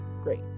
great